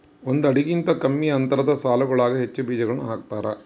ಒಂದು ಅಡಿಗಿಂತ ಕಮ್ಮಿ ಅಂತರದ ಸಾಲುಗಳಾಗ ಹೆಚ್ಚು ಬೀಜಗಳನ್ನು ಹಾಕ್ತಾರ